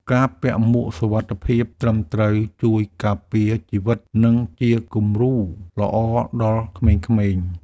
ការពាក់មួកសុវត្ថិភាពត្រឹមត្រូវជួយការពារជីវិត និងជាគំរូល្អដល់ក្មេងៗ។